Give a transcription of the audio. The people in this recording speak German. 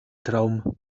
traum